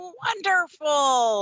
wonderful